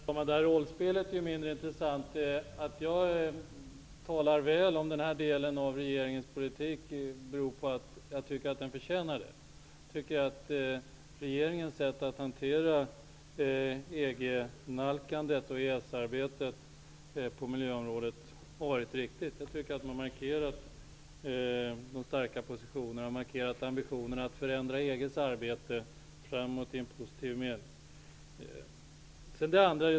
Herr talman! Rollspelet är mindre intressant. Att jag talar väl om denna del av regeringens politik beror på att jag tycker att den förtjänar det. Regeringens sätt att hantera nalkandet till EG och EES-arbetet på miljöområdet har varit riktigt. Regeringen har starkt markerat sina positioner och ambitionerna att förändra EG:s arbete i en positiv riktning.